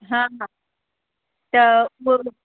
हा हा त उहो